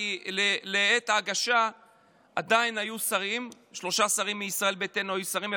כי בעת ההגשה עדיין שלושה מישראל ביתנו היו שרים,